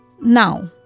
Now